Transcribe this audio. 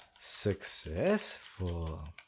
successful